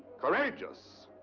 courageous!